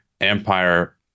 Empire